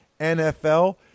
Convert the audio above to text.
NFL